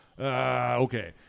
Okay